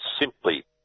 simply